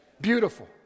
beautiful